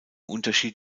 unterschied